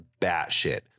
batshit